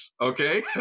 okay